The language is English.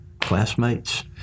classmates